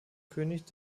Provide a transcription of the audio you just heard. könig